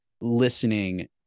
Listening